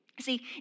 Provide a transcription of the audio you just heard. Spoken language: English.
See